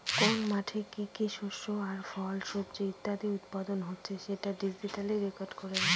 কোন মাঠে কি কি শস্য আর ফল, সবজি ইত্যাদি উৎপাদন হচ্ছে সেটা ডিজিটালি রেকর্ড করে রাখে